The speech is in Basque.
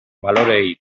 baloreei